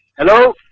hello?